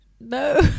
no